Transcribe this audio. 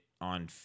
on